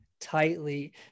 Tightly